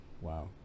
wow